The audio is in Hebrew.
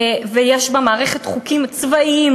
ויש בה מערכת חוקים צבאיים,